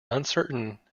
uncertain